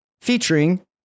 featuring